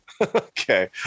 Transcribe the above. Okay